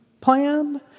plan